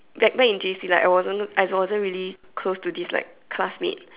that back in J_C like I wasn't really close to this like classmate